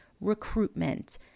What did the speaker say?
recruitment